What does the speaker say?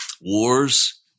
Wars